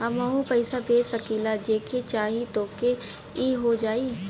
हमहू पैसा भेज सकीला जेके चाही तोके ई हो जाई?